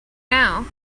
now